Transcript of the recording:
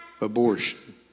abortion